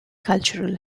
cultural